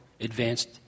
advanced